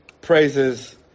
praises